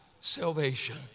salvation